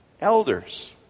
elders